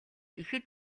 ихэд